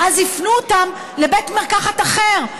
ואז הפנו אותם לבית מרקחת אחר,